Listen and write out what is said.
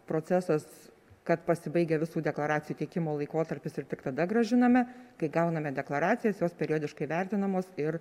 procesas kad pasibaigia visų deklaracijų teikimo laikotarpis ir tik tada grąžiname kai gauname deklaracijas jos periodiškai vertinamos ir